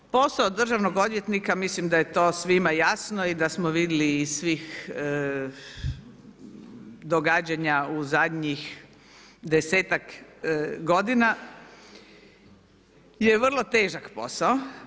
Posao Državnog odvjetnika, mislim da je to svima jasno i da smo vidjeli iz svih događanja u zadnjih 10-tak godina, je vrlo težak posao.